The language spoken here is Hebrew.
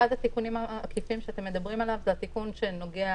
שאחד התיקונים העקיפים שאתם מדברים עליו זה התיקון שנוגע